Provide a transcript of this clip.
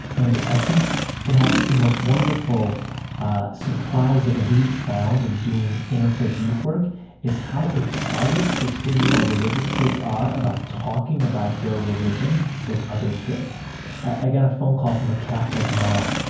and i think perhaps the most wonderful ah surprise that we found in doing interfaith youth work is how excited sixteen year old religious kids are about talking about their religion with other kids i got a phone call from a catholic mom.